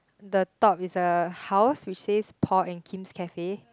the top is a house which says Paul and Kim's cafe